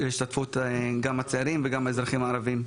גם להשתתפות הצעירים וגם להשתתפות האזרחים הערביים.